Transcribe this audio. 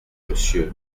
monsieur